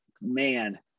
man